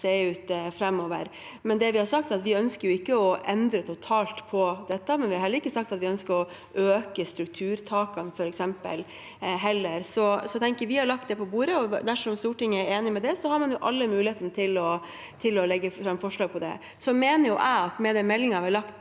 ikke sagt at vi f.eks. ønsker å øke strukturtakene. Vi har lagt det på bordet, og dersom Stortinget er enig i det, har man alle muligheter til å legge fram forslag om det. Jeg mener at med den meldingen vi har lagt